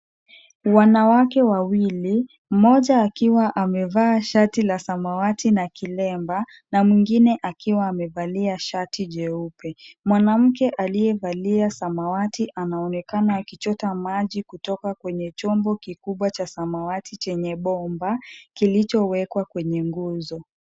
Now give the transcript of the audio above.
Wanawake wawili, mmoja akiwa amevaa shati la samawati na kilemba na mwingine akiwa amevalia shati jeupe. Mwanamke aliyevalia samawati, anaonekana akichota maji kutoka kwenye chombo kikubwa cha samawati chenye bomba, kilichowekwa kwenye ngunzo.